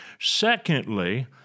Secondly